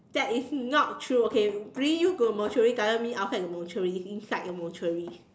that is not true okay bring you to a mortuary doesn't mean outside the mortuary it's inside the mortuary